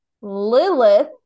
Lilith